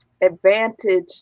advantage